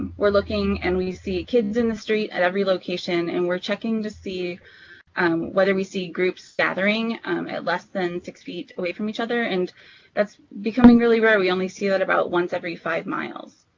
we are looking and we see kids in the street at every location, and we are checking to see whether we see groups gathering at less than six feet away from each other and that's becoming really rare. we only see that about once every five miles.